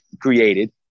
created